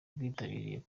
rwitabiriye